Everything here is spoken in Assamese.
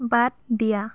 বাদ দিয়া